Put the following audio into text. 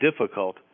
difficult